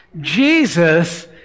Jesus